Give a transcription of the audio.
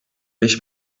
beş